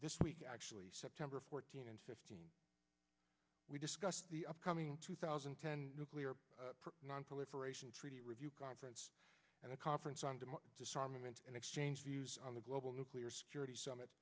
this week actually september fourteenth and fifteenth we discuss the upcoming two thousand and ten nuclear nonproliferation treaty review conference and the conference on disarmament and exchange views on the global nuclear security summit